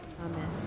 Amen